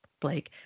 Blake